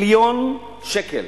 טריליון שקל.